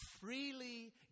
freely